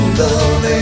love